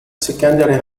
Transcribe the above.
secondary